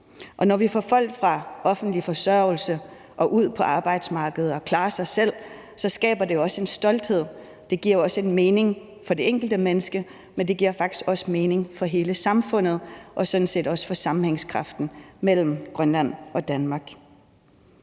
når vi får folk fra offentlig forsørgelse og ud på arbejdsmarkedet, så de kan klare sig selv, skaber det jo også en stolthed. Det giver også mening for det enkelte menneske, men det giver faktisk også mening for hele samfundet og sådan set også for sammenhængskraften mellem Grønland og Danmark.